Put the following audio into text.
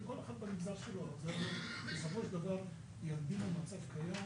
יעקב, אתה רוצה להגיד משהו?